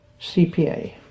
CPA